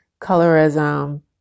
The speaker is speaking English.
colorism